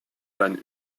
van